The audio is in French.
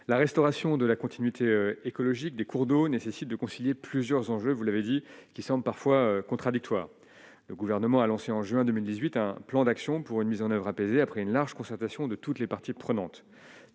la restauration de la continuité écologique des cours d'eau nécessite de concilier plusieurs enjeux, vous l'avez dit, qui sont parfois contradictoires, le gouvernement a lancé en juin 2018, un plan d'action pour une mise en oeuvre apaisé après une large concertation de toutes les parties prenantes